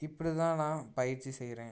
இப்படி தான் நான் பயிற்சி செய்கிறேன்